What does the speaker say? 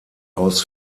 aus